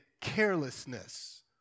carelessness